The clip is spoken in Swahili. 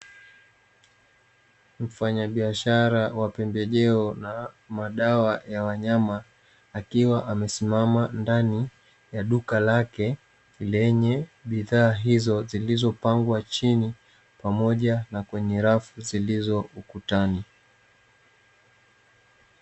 Mfanyabiashara wa pembejeo na madawa ya wanyama akiwa amesimama ndani ya duka lake lenye bidhaa hizo zilizopangwa chini pamoja na kwenye rafu zilizo ukutani.